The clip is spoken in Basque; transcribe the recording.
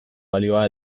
balioa